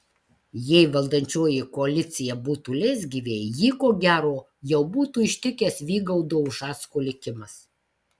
jei valdančioji koalicija būtų leisgyvė jį ko gero jau būtų ištikęs vygaudo ušacko likimas